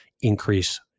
increase